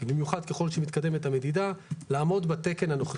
במיוחד ככל שמתקדמת המדידה, לעמוד בתקן הנוכחי.